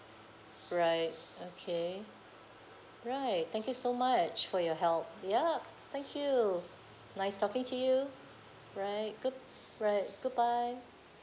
right okay right thank you so much for your help yup thank you nice talking to you right good right goodbye